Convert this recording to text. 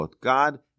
God